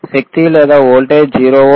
శక్తి లేదా వోల్టేజ్ 0 వోల్ట్లు లేదా 0